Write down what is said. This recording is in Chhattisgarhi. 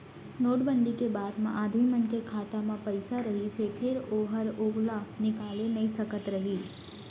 नोट बंदी के बाद म आदमी मन के खाता म पइसा रहिस हे फेर ओहर ओला निकाले नइ सकत रहिस